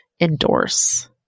endorse